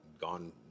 gone